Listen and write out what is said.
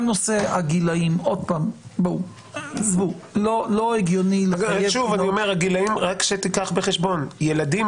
גם נושא הגילים לא הגיוני לחייב --- רק קח בחשבון שילדים